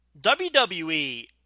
WWE